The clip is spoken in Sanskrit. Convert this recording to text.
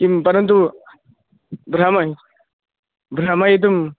किं परन्तु भ्रामय भ्रमयितुम्